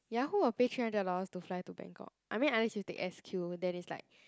ya who will pay three hundred dollars to fly to Bangkok I mean unless you take S_Q then it's like